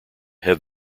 have